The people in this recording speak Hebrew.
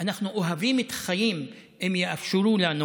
אנחנו אוהבים את החיים, אם יאפשרו לנו